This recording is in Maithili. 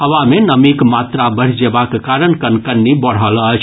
हवा मे नमीक मात्रा बढ़ि जेबाक कारण कनकनी बढ़ल अछि